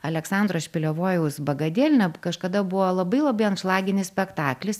aleksandro špilevojaus bagadelnia kažkada buvo labai labai anšlaginis spektaklis